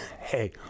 hey